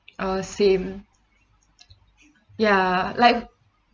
uh same ya like